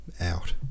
out